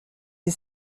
des